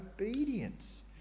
obedience